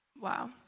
wow